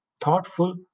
thoughtful